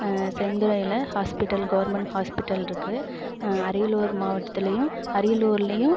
செந்துறையில் hospital government ஹாஸ்பிட்டலிருக்கு அரியலூர் மாவட்டத்துலேயும் அரியலூர்லேயும்